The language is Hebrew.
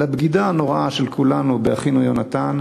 לבגידה הנוראה של כולנו באחינו יונתן,